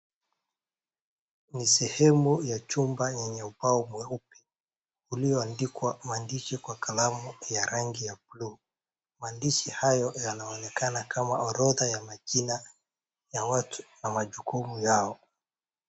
Ni sehemu ya chumba lenye ubao mweupe, uliyoandikwa kwa maandishi ya rangi buluu. Maandishi hayo yanaonekana kama orodha ya majina ya watu na majukumu yao.